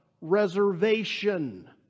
reservation